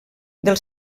del